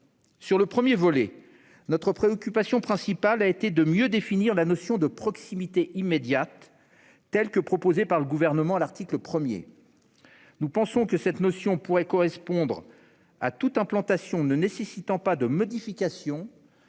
du premier objectif, notre préoccupation principale a été de mieux définir la notion de proximité immédiate, telle qu'elle est proposée par le Gouvernement à l'article 1. Nous pensons que cette notion pourrait correspondre à toute implantation ne nécessitant pas de modification